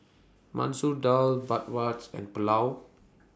Masoor Dal Bratwurst and Pulao